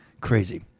Crazy